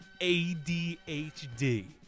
ADHD